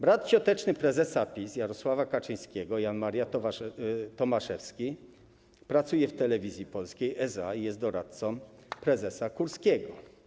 Brat cioteczny prezesa PiS Jarosława Kaczyńskiego, Jan Maria Tomaszewski, pracuje w Telewizji Polskiej SA i jest doradcą prezesa Kurskiego.